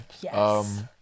Yes